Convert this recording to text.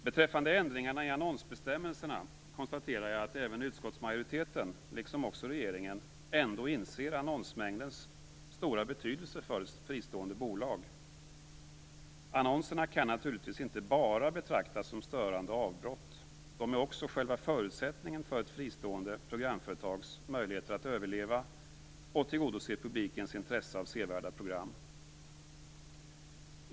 Beträffande ändringarna i annonsbestämmelserna konstaterar jag att även utskottsmajoriteten, liksom regeringen, ändå inser annonsmängdens stora betydelse för fristående bolag. Annonserna kan naturligtvis inte bara betraktas som störande avbrott, de är också själva förutsättningen för ett fristående programföretags möjligheter att överleva och tillgodose publikens intresse av sevärda program.